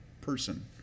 person